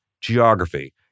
geography